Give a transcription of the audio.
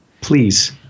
Please